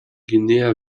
guinea